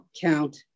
count